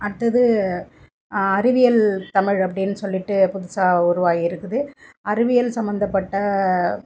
அடுத்தது அறிவியல் தமிழ் அப்படின் சொல்லிட்டு புதுசாக உருவாயிருக்குது அறிவியல் சம்மந்தப்பட்ட